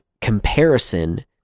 comparison